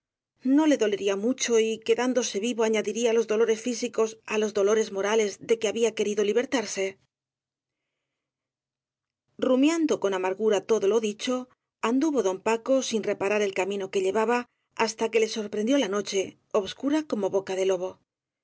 no le dolería mucho y quedándose vivo aña diría los dolores físicos á los dolores morales de que había querido libertarse rumiando con amargura todo lo dicho anduvo don paco sin reparar el camino que llevaba hasta que le sorprendió la noche obscura como boca de lobo